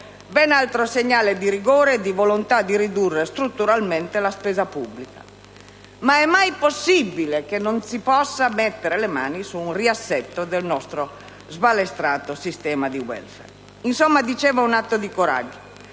ben altro segnale di rigore e di volontà di ridurre strutturalmente la spesa pubblica. È mai possibile che non si possa mettere le mani su un riassetto del nostro sbalestrato sistema di *welfare*? Occorre insomma, come dicevo, un atto di coraggio.